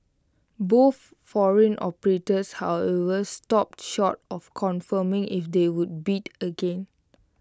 both foreign operators however stopped short of confirming if they would bid again